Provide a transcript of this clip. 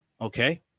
Okay